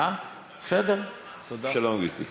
שלום, גברתי.